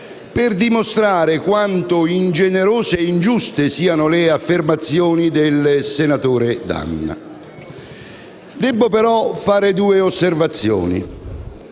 per dimostrare quanto ingenerose e ingiuste siano le osservazioni del senatore D'Anna. Devo però fare due osservazioni.